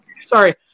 Sorry